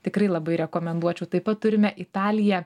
tikrai labai rekomenduočiau taip pat turime italiją